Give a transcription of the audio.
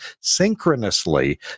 synchronously